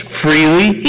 freely